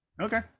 Okay